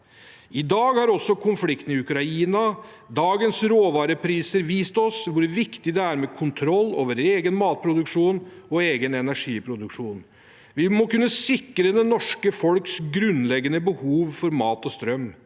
I dag har også konflikten i Ukraina og dagens råvarepriser vist oss hvor viktig det er med kontroll over egen matproduksjon og egen energiproduksjon. Vi må kunne sikre det norske folks grunnleggende behov for mat og strøm.